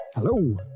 Hello